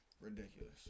Ridiculous